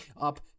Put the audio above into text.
up